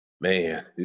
Man